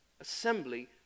assembly